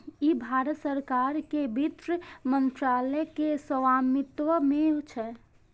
ई भारत सरकार के वित्त मंत्रालय के स्वामित्व मे छै